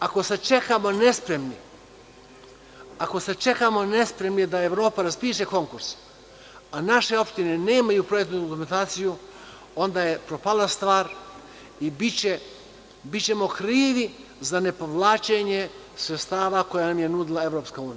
Ako sačekamo nespremni da Evropa raspiše konkurs, a naše opštine nemaju projektnu dokumentaciju, onda je propala stvar i bićemo krivi za nepovlačenje sredstava koja nam je nudila EU.